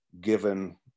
given